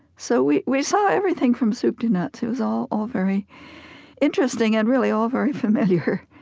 so we we saw everything from soup to nuts. it was all all very interesting and, really, all very familiar